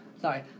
Sorry